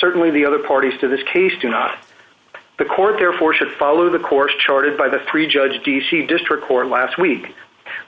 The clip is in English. certainly the other parties to this case do not the court therefore should follow the course charted by the three judge d c district court last week